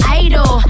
idol